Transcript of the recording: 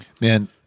man